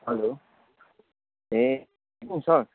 hello ए good morning sir